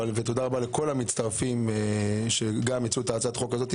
תודה רבה לכל המצטרפים שהציעו את הצעת החוק הזו.